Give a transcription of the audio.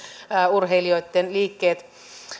urheilijoitten liikkeet